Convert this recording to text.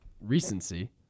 recency